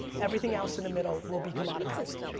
everything else in the middle will be commoditized.